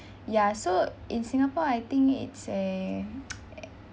ya so in singapore I think it's a